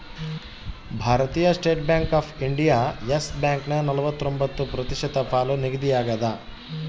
ಭಾರತೀಯ State Bank of India Yes ಬ್ಯಾಂಕನ ನಲವತ್ರೊಂಬತ್ತು ಪ್ರತಿಶತ ಪಾಲು ನಿಗದಿಯಾಗ್ಯದ